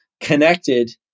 connected